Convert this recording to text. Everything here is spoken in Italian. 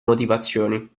motivazioni